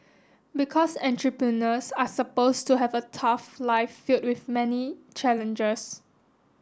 because entrepreneurs are supposed to have a tough life filled with many challenges